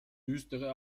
düstere